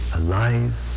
alive